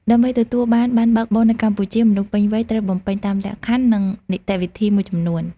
ដើម្បីទទួលបានប័ណ្ណបើកបរនៅកម្ពុជា មនុស្សពេញវ័យត្រូវបំពេញតាមលក្ខខណ្ឌ និងនីតិវិធីមួយចំនួន។